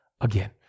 again